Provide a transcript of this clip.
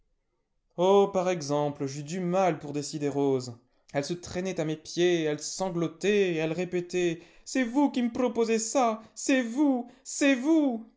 oh par exemple j'eus du mal pour décider rose elle se traînait à mes pieds elle sanglotait elle répétait c'est vous qui me proposez ça c'est vous c'est vous